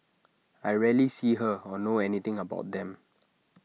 I rarely see her or know anything about them